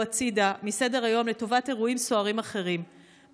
הצידה מסדר-היום לטובת אירועים סוערים אחרים,